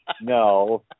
No